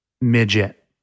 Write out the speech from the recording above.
midget